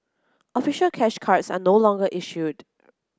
official cash cards are no longer issued